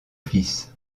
fils